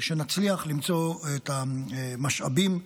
שנצליח למצוא את המשאבים,